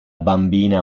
bambina